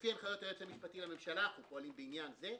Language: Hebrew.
לפי הנחיות היועץ המשפטי לממשלה אנחנו פועלים בעניין זה,